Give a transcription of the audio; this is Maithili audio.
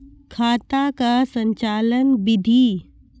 खाता का संचालन बिधि?